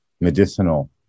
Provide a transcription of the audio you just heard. medicinal